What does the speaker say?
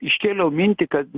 iškėliau mintį kad